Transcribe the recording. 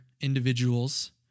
individuals